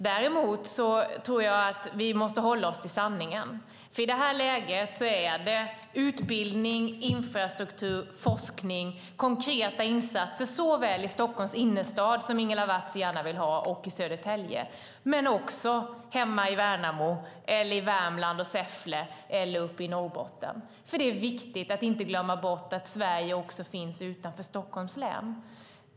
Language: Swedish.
Däremot tror jag att vi måste hålla oss till sanningen. I detta läge är det nämligen utbildning, infrastruktur, forskning och konkreta insatser såväl i Stockholms innerstad, som Ingela Nylund Watz gärna vill ha, som i Södertälje som behövs. Men detta behövs också hemma i Värnamo, i Säffle i Värmland och i Norrbotten. Det är nämligen viktigt att inte glömma bort att Sverige också finns utanför Stockholms län.